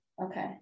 Okay